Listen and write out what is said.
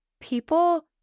people